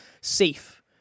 safe